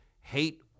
hate